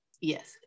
yes